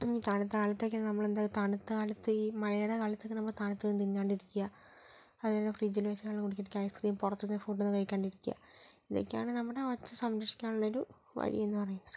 തണുത്തകാലത്തേക്ക് നമ്മൾ എന്താ തണുത്തകാലത്ത് ഈ മഴയുടെ കാലത്തൊക്കെ നമ്മൾ തണുതത്ത് തിന്നാണ്ടിരിക്കുക അതേലോ ഫ്രിഡ്ജിൽ വെച്ച് വെള്ളം കുടികാത്തിരിക്കുക ഐസ് ക്രീം പുറത്തു നിന്ന് ഫുഡ് ഒന്നും കഴിക്കാണ്ടിരിക്കുക ഇങ്ങനെയൊക്കെയാണ് നമ്മുടെ ഒച്ച സംരഷിക്കാനുള്ള ഒരു വഴിയെന്ന് പറയുന്നത്